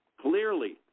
Clearly